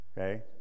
Okay